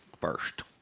first